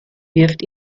wirft